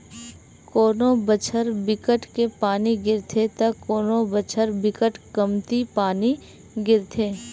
कोनो बछर बिकट के पानी गिरथे त कोनो बछर बिकट कमती पानी गिरथे